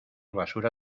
basura